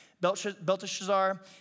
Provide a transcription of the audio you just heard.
Belteshazzar